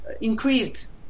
increased